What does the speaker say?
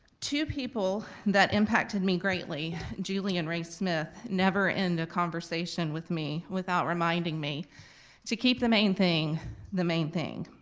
two people that impacted me greatly, julie and ray smith, never end a conversation with me without reminding me to keep the main thing the main thing.